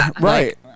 Right